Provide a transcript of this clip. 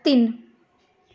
ਤਿੰਨ